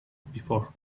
before